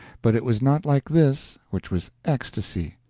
but it was not like this, which was ecstasy.